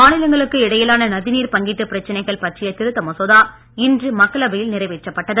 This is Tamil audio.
மாநிலங்களுக்கு இடையிலான நதிநீர் பங்கீட்டு பிரச்சனைகள் பற்றிய திருத்த மசோதா இன்று மக்களவையில் நிறைவேற்றப்பட்டது